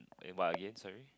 eh what again sorry